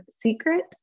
secret